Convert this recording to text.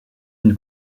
une